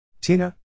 Tina